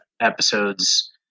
episodes